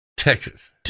Texas